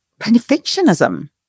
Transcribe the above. perfectionism